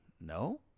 no